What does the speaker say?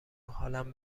حالم